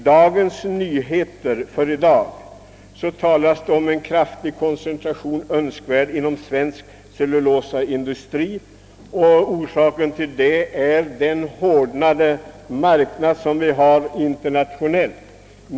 Dagens Nyheter för i dag framhåller att en kraftig koncentration är önskvärd inom svensk cellulosaindustri på grund av den hårdnande marknaden internationellt sett.